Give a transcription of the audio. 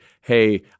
hey